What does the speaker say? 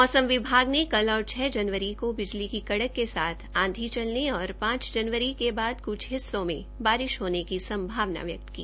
मौसम विभाग ने कल और छ जनवरी को बिजली की कड़क के साथ आंधी चलने और पांच जनवरी के बाद क्छ हिस्सों में बारिश होने की संभावना व्यक्त की